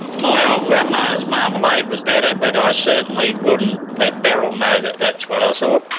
my old grandma's marmalade was better but i certainly wouldn't let beryl know that that's what i so